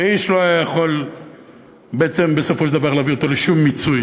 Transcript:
ואיש לא היה יכול בעצם בסופו של דבר להביא אותו לשום מיצוי.